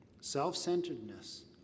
self-centeredness